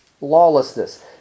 lawlessness